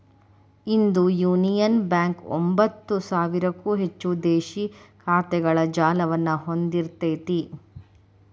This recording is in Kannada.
ಇಂದು ಯುನಿಯನ್ ಬ್ಯಾಂಕ ಒಂಭತ್ತು ಸಾವಿರಕ್ಕೂ ಹೆಚ್ಚು ದೇಶೇ ಶಾಖೆಗಳ ಜಾಲವನ್ನ ಹೊಂದಿಇರ್ತೆತಿ